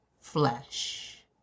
flesh